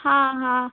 हाँ हाँ